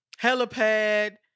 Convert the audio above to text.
Helipad